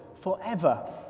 forever